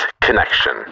connection